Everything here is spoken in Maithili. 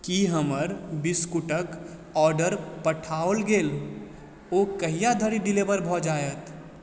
की हमर बिस्कुट क ऑर्डर पठाओल गेल ओ कहिया धरि डिलीवर भऽ जायत